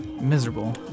miserable